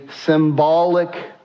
symbolic